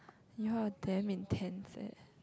ya damn intense eh